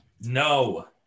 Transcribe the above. No